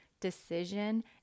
decision